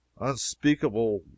unspeakable